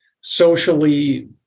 socially